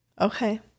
Okay